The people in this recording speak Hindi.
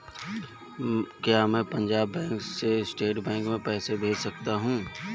क्या मैं पंजाब बैंक से स्टेट बैंक में पैसे भेज सकता हूँ?